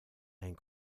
and